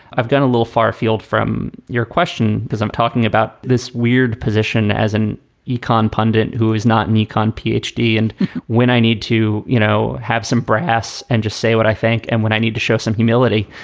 i've gone a little far afield from your question because i'm talking about this weird position as an econ pundit who is not an econ p h d. and when i need to, you know, have some brass and just say what i think and when i need to show some humility,